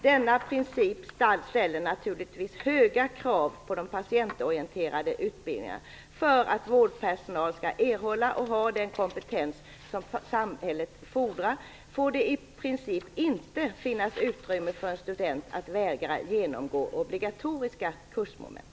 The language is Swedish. Denna princip ställer naturligtvis höga krav på patientorienterade utbildningar. För att vårdpersonal skall erhålla och ha den kompetens som samhället fordrar får det i princip inte finnas utrymme för en student att vägra genomgå obligatoriska kursmoment.